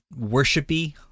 worshipy